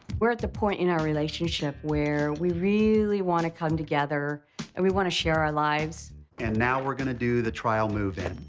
we're at the point in our relationship where we really want to come together and we want to share our lives. steve and now we're gonna do the trial move-in.